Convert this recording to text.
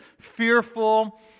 fearful